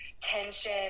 tension